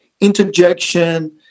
interjection